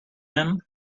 him